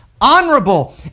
honorable